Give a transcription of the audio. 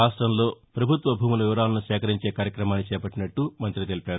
రాష్టంలో ప్రభుత్వ భూముల వివరాలను సేకరించే కార్యక్రమాన్ని చేపట్టినట్ల మంత్రి తెలిపారు